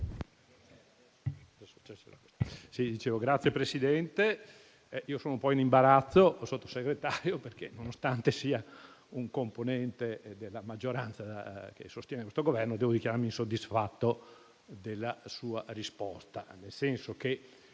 Signor Presidente, sono un po' in imbarazzo con il Sottosegretario, perché, nonostante sia un componente della maggioranza che sostiene questo Governo, devo dichiararmi insoddisfatto della sua risposta.